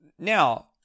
Now